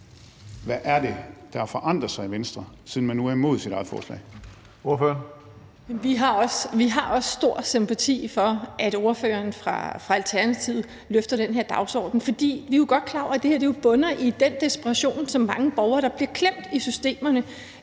(Karsten Hønge): Ordføreren. Kl. 15:49 Heidi Bank (V): Vi har også stor sympati for, at ordføreren for Alternativet løfter den her dagsorden, for vi er jo godt klar over, at det her bunder i den desperation, som mange borgere, der bliver klemt i systemerne,